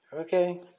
Okay